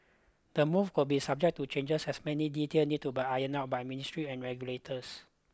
the move could be subject to changers as many detail need to be ironed out by ministry and regulators